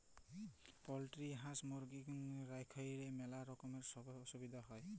poultry হাঁস, মুরগি রাইখলেই ম্যালা রকমের ছব অসুবিধা হ্যয়